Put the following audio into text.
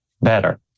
better